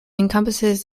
encompasses